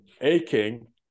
aching